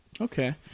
Okay